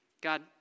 god